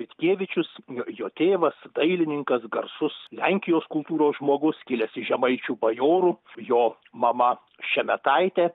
vitkevičius ir jo tėvas dailininkas garsus lenkijos kultūros žmogus kilęs iš žemaičių bajorų jo mama šemetaitė